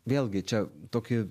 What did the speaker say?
vėlgi čia toki